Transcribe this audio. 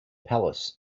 palace